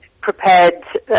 prepared